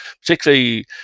particularly